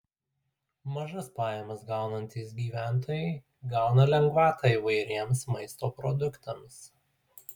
mažas pajamas gaunantys gyventojai gauna lengvatą įvairiems maisto produktams